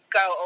go